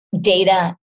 data